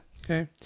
okay